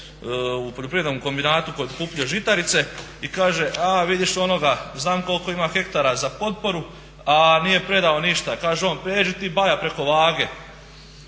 poljoprivrednom kombinatu kod kupnje žitarice i kaže a vidiš onoga znam koliko ima hektara za potporu a nije predao ništa. Kaže on pređi ti baja preko vage